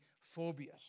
phobias